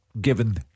Given